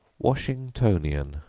washingtonian,